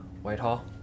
Whitehall